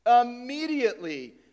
immediately